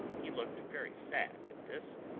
he looked very sad at this,